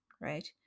Right